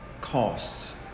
costs